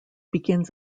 begins